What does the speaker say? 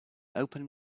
open